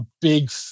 big